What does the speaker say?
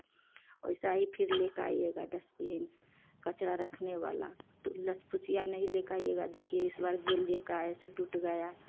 वैसा ही फिर लेकर आईएगा डस्टबीन कचड़ा रखने वाला टू लच पुचिया नहीं लेकर आईएगा देखिए इस बार जो लेकर आए से टूट गया